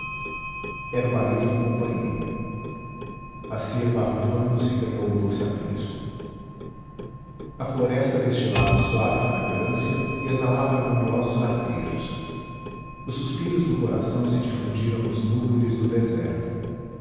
era o balido do companheiro a cerva arrufando se ganhou o doce aprisco a floresta destilava suave fragrância e exalava harmoniosos arpejos os suspiros do coração se difundiram nos múrmures do deserto